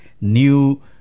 New